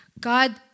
God